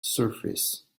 surface